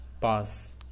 pass